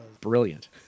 Brilliant